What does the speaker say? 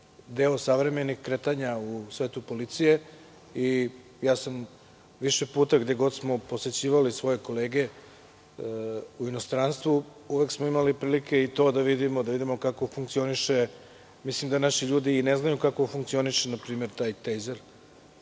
deo savremenih kretanja u svetu policije i ja sam više puta, gde god smo posećivali svoje kolege u inostranstvu, uvek smo imali prilike i to da vidimo, da vidimo kako funkcioniše. Mislim da naši ljudi i ne znaju kako funkcioniše npr. taj tejzer.